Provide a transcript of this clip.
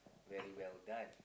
very well done